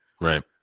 Right